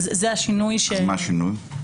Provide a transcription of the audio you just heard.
מה השינוי?